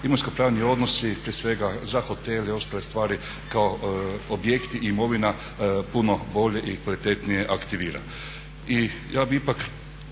imovinsko-pravni odnosi prije svega za hotele i ostale stvari kao objekti i imovina puno bolje i kvalitetnije aktivira.